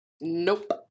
Nope